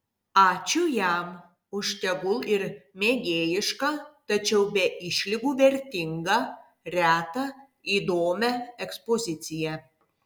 ačiū jam už tegul ir mėgėjišką tačiau be išlygų vertingą retą įdomią ekspoziciją